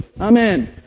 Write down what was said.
Amen